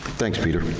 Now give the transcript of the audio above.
thanks, peter,